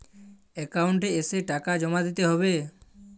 Account এসে টাকা জমা দিতে হবে?